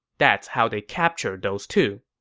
that's how they captured those two.